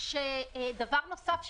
דבר נוסף שקרה,